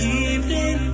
evening